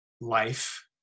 life